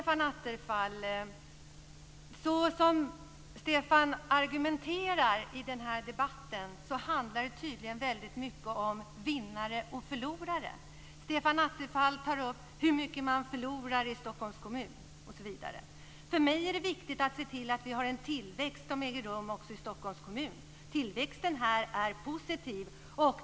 Fru talman! Så som Stefan Attefall argumenterar i den här debatten handlar det tydligen mycket om vinnare och förlorare. Stefan Attefall tar upp hur mycket man förlorar i Stockholms kommun. För mig är det viktigt att se till att vi har en tillväxt som äger rum också i Stockholms kommun. Tillväxten här är positiv.